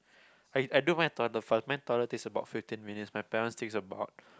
I I do my toilet first mine takes about fifteen minutes my parent takes about